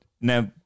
now